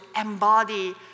embody